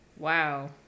Wow